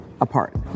apart